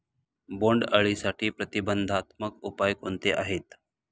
बोंडअळीसाठी प्रतिबंधात्मक उपाय कोणते आहेत?